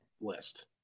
list